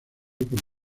por